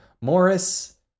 Morris